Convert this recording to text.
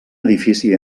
edifici